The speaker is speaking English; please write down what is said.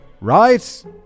Right